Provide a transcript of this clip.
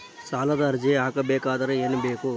ಸಾಲದ ಅರ್ಜಿ ಹಾಕಬೇಕಾದರೆ ಏನು ಬೇಕು?